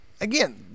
again